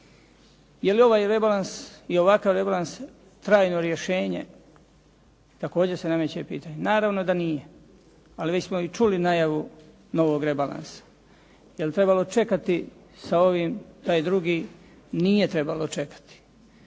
Je li ovaj rebalans i ovakav rebalans trajno rješenje također se nameće pitanje. Naravno da nije, ali već smo i čuli najavu novog rebalansa. Je li trebalo čekati sa ovim taj drugi? Nije trebalo čekati,